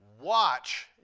Watch